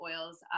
oils